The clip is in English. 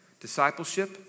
Discipleship